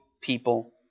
people